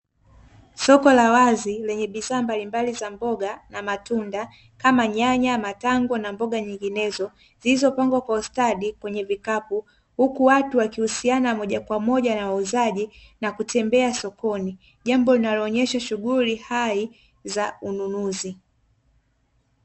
Soko la wazi lenye bidhaa mbalimbali za mboga na matunda, kama nyanya, matango, na mboga zinginezo; zilizopangwa kwa ustadi kwenye vikapu, huku watu wakihusiana moja kwa moja na wauzaji na kutembea sokoni, jambo linaloonyesha shughuli hai za ununuzi.